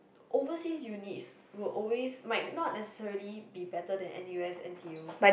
overseas uni is were always might not necessary be better than n_u_s n_t_u